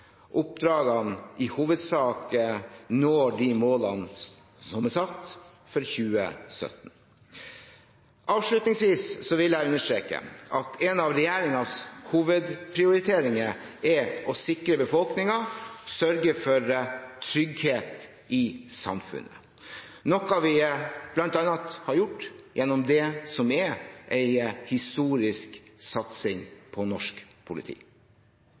oppdragene i hovedsak når de målene som er satt for 2017. Avslutningsvis vil jeg understreke at en av regjeringens hovedprioriteringer er å sikre befolkningen, sørge for trygghet i samfunnet – noe vi bl.a. har gjort gjennom det som er en historisk satsing på norsk politi.